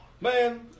Man